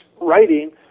writing